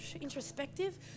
introspective